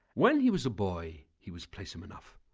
when he was a boy, he was playsome enough,